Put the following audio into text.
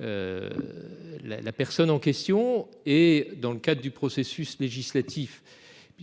La la personne en question et dans le cadre du processus législatif